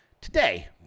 today